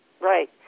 Right